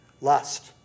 lust